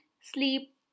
sleep